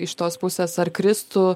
iš tos pusės ar kristų